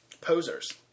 Posers